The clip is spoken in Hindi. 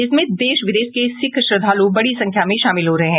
इसमें देश विदेश के सिख श्रद्धालु बड़ी संख्या में शामिल हो रहे हैं